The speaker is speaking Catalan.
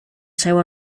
seu